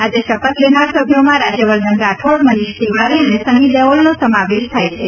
આજે શપથ લેનાર સભ્યોમાં રાજ્યવર્ધન રાઠોડ મનિષ તિવારી અને સની દેવલનો સમાવેશ થાય છે